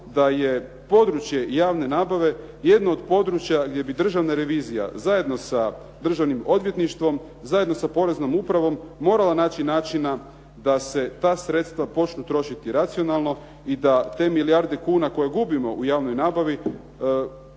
da je područje javne nabave jedno od područja gdje bi Državna revizija, zajedno sa Državnim odvjetništvom, zajedno sa Poreznom upravom, morala naći načina da se ta sredstava počnu trošiti racionalno i da te milijarde kuna koje gubimo u javnoj nabavi